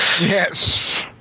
Yes